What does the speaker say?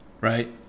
right